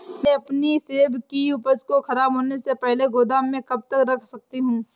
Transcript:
मैं अपनी सेब की उपज को ख़राब होने से पहले गोदाम में कब तक रख सकती हूँ?